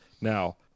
Now